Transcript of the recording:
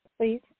Please